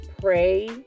Pray